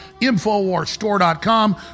infowarstore.com